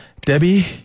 Debbie